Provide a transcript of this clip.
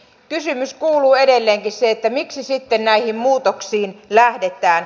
kysymys kuuluu edelleenkin miksi sitten näihin muutoksiin lähdetään